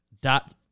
dot